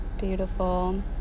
Beautiful